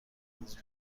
نیز